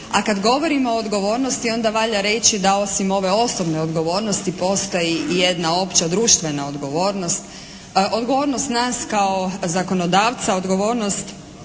a kada govorimo o odgovornosti onda valja reći da osim ove osobne odgovornosti postoji i jedna opća društvena odgovornost. Odgovornost nas kao zakonodavca, odgovornost